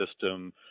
system